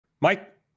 Mike